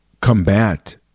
combat